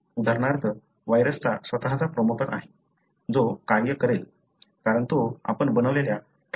उदाहरणार्थ व्हायरसचा स्वतःचा प्रोमोटर आहे जो कार्य करेल कारण तो आपण बनवलेल्या ट्रान्सक्रिप्शन घटकांचा वापर करतो